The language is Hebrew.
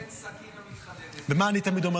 אין סכין מתחדדת אלא בירך